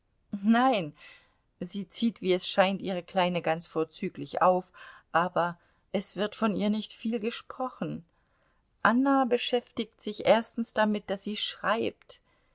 nein sie zieht wie es scheint ihre kleine ganz vorzüglich auf aber es wird von ihr nicht viel gesprochen anna beschäftigt sich erstens damit daß sie schreibt